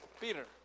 Peter